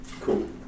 Cool